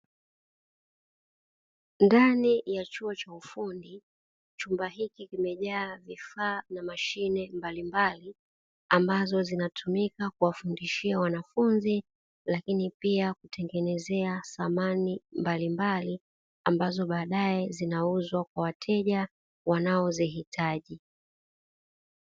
Ndani ya chuo cha ufundi chumba hiki kimejaa vifaa na mashine mbalimbali, ambazo zinatumika kuwafundishia wanafunzi, lakini pia kutengenezea samani mbalimbali, ambazo baadaye zinauzwa kwa wateja wanaozihitaji.